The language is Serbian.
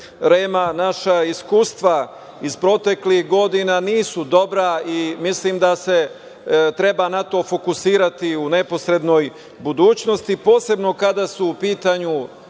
REM-a, naša iskustva iz proteklih godina nisu dobra i mislim da se treba na to fokusirati u neposrednoj budućnosti, posebno kada su u pitanju